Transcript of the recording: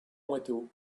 went